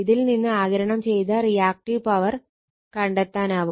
ഇതിൽ നിന്ന് ആഗിരണം ചെയ്ത റിയാക്ടീവ് പവർ കണ്ടെത്താനാവും